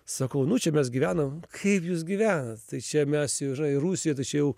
sakau nu čia mes gyvenam kaip jūs gyvenat tai čia mes jau yra ir rusija tai čia jau